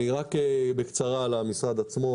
אציג בקצרה את המשרד עצמו.